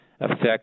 affects